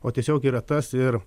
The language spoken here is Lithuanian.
o tiesiog yra tas ir